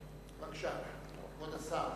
בבקשה, כבוד השר.